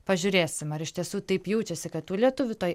pažiūrėsim ar iš tiesų taip jaučiasi kad tų lietuvių toj